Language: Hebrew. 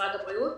ממשרד הבריאות.